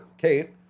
Kate